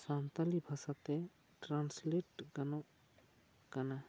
ᱥᱟᱱᱛᱟᱲᱤ ᱵᱷᱟᱥᱟ ᱛᱮ ᱴᱨᱟᱱᱥᱞᱮᱴ ᱜᱟᱱᱚᱜ ᱠᱟᱱᱟ